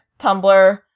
Tumblr